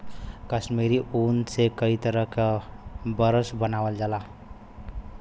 कसमीरी ऊन से कई तरे क बरस बनावल जाला